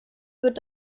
wird